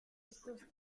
estos